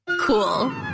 Cool